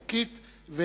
חוקית,